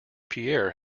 pierre